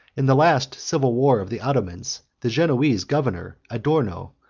in the last civil war of the ottomans, the genoese governor, adorno,